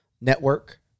network